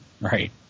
Right